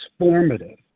transformative